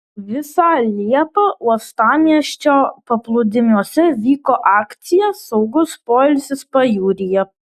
visą liepą uostamiesčio paplūdimiuose vyko akcija saugus poilsis pajūryje